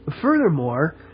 Furthermore